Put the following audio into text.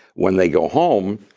when they go home,